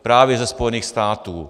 Právě ze Spojených států.